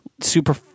super